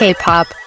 K-pop